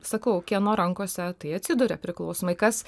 sakau kieno rankose tai atsiduria priklausomai kas